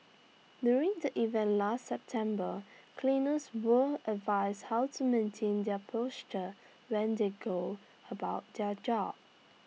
during the event last September cleaners were advised how to maintain their posture when they go about their job